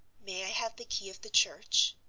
may i have the key of the church.